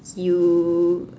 you